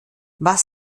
was